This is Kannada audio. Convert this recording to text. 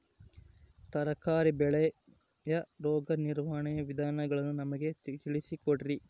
ತರಕಾರಿ ಬೆಳೆಯ ರೋಗ ನಿರ್ವಹಣೆಯ ವಿಧಾನಗಳನ್ನು ನಮಗೆ ತಿಳಿಸಿ ಕೊಡ್ರಿ?